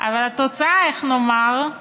אבל התוצאה, איך נאמר,